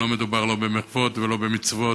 מדובר לא במחוות ולא במצוות,